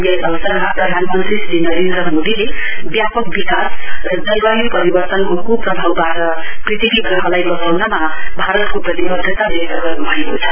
यस अवसरमा प्रधानमन्त्री श्री नरेन्द्र मोदीले व्यापक विकास र जलवाय् परिवर्तनको क्प्रभावबाट पृथ्वी ग्रहलाई बचाउनमा भारतको प्रतिवध्दता व्यक्त गर्न्भएको छ